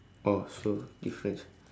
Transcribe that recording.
oh so different